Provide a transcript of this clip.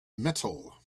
metal